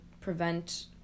prevent